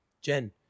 Jen